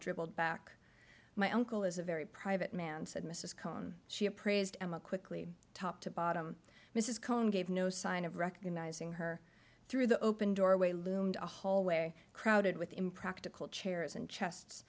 dribbled back my uncle is a very private man said mrs cohn she appraised quickly top to bottom mrs cohen gave no sign of recognizing her through the open doorway loomed a hallway crowded with impractical chairs and chests